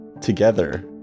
together